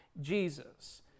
Jesus